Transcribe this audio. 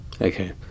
Okay